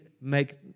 make